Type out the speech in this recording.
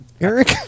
Eric